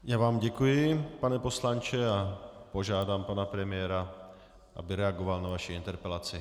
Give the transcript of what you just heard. Já vám děkuji, pane poslanče, a požádám pana premiéra, aby reagoval na vaši interpelaci.